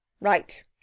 Right